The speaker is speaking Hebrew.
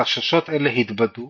חששות אלה התבדו